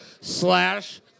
slash